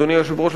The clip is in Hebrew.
אדוני היושב-ראש,